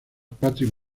patrick